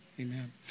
Amen